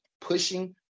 pushing